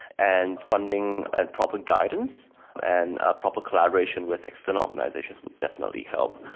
and funding and proper guidance and proper collaboration with external organisations would definitely help.